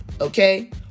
okay